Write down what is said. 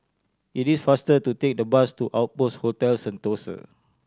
it is faster to take the bus to Outpost Hotel Sentosa